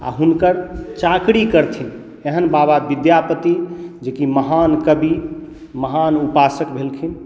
आ हुनकर चाकरी करथिन एहन बाबा विद्यापति जे कि महान कवि महान उपासक भेलखिन